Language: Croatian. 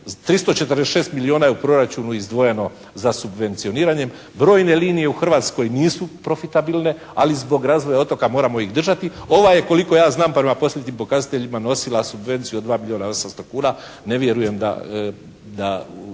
346 milijuna je u proračunu izdvojeno za subvencioniranje. Brojne linije u Hrvatskoj nisu profitabilne ali zbog razvoja otoka moramo ih držati. Ova je koliko ja znam prema posljednjim pokazateljima nosila subvenciju od 2 milijuna 800 kuna, ne vjerujem da